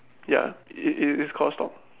ya it it is called stalk